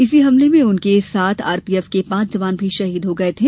इसी हमले में उनके साथ सीआरपीएफ के पांच जवान भी शहीद हो गए थे